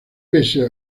pese